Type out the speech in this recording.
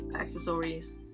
accessories